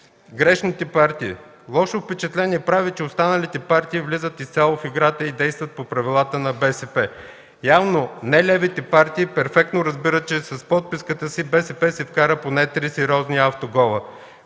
Грешните партии. Лошо впечатление прави, че останалите партии влизат изцяло в играта и действат по правилата на БСП. Явно нелевите партии перфектно разбират, че с подписката си БСП си вкара поне три сериозни автогола.